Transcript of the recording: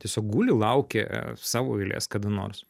tiesiog guli laukia savo eilės kada nors